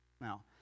now